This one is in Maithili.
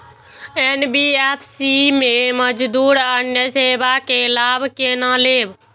एन.बी.एफ.सी में मौजूद अन्य सेवा के लाभ केना लैब?